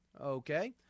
Okay